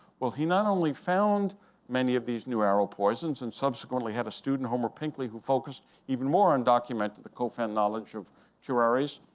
well, he not only found many of these new arrow poisons, and subsequently had a student, homer pinkley, who focused even more on documenting the kofan knowledge of curares,